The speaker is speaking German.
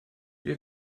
wir